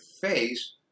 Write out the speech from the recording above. face